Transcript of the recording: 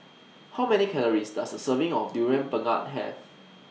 How Many Calories Does A Serving of Durian Pengat Have